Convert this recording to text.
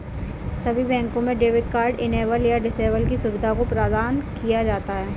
सभी बैंकों में डेबिट कार्ड इनेबल या डिसेबल की सुविधा को प्रदान किया जाता है